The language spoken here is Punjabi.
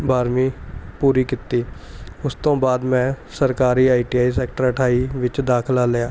ਬਾਰਵੀਂ ਪੂਰੀ ਕੀਤੀ ਉਸ ਤੋਂ ਬਾਅਦ ਮੈਂ ਸਰਕਾਰੀ ਆਈ ਟੀ ਆਈ ਸੈਕਟਰ ਅਠਾਈ ਵਿੱਚ ਦਾਖਲਾ ਲਿਆ